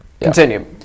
Continue